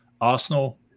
Arsenal